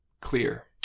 Clear